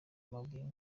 amabuye